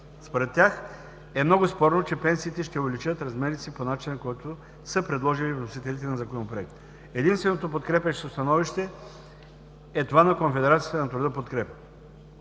Според тях е много спорно, че пенсиите ще увеличат размерите си по начина, който са предложили вносителите на Законопроекта. Единственото подкрепящо становище е това на Конфедерацията на труда „Подкрепа“.